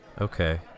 Okay